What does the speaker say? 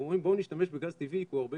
אנחנו אומרים בואו נשתמש בגז טבעי כי הוא הרבה